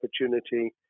opportunity